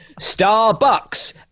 Starbucks